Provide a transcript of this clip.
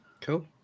cool